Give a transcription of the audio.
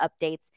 updates